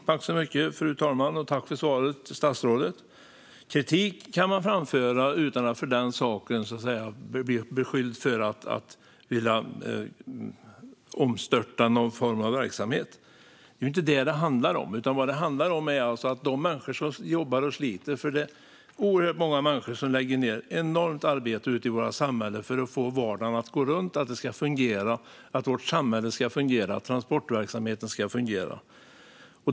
Fru talman! Jag tackar statsrådet för svaret. Kritik kan man framföra utan att för den sakens skull bli beskylld för att vilja omstörta någon form av verksamhet. Det är inte det som det handlar om. Vad det handlar om är de människor som jobbar och sliter. Det är oerhört många människor som lägger ned ett enormt arbete ute i vårt samhälle för att få vardagen att gå runt, för att vårt samhälle ska fungera och för att transportverksamheten ska fungera.